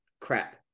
crap